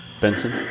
Benson